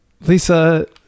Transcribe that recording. Lisa